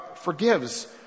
forgives